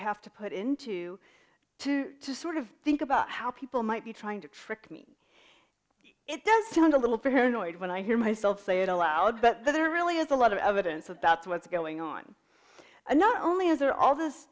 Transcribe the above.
have to put into to just sort of think about how people might be trying to trick me it does sound a little paranoid when i hear myself say it aloud but there really is a lot of evidence about what's going on and not only is there all this